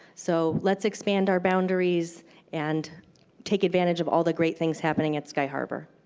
so let's expand our boundaries and take advantage of all the great things happening at sky harbor.